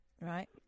Right